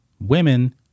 women